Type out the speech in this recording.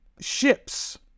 ships